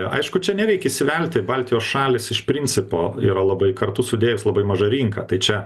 aišku čia nereik įsivelti baltijos šalys iš principo yra labai kartu sudėjus labai maža rinka tai čia